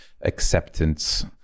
acceptance